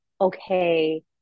okay